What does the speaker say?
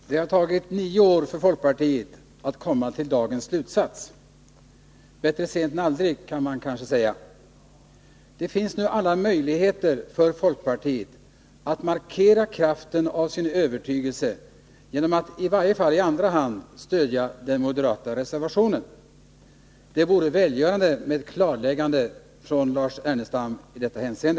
Fru talman! Det har tagit nio år för folkpartiet att komma till dagens slutsats. Bättre sent än aldrig, kan man kanske säga. Det finns nu alla möjligheter för folkpartiet att markera kraften av sin övertygelse genom att i varje fall i andra hand stödja den moderata reservationen. Det vore välgörande med ett klarläggande från Lars Ernestam i detta hänseende.